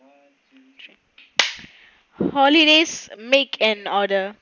one two three holidays make an order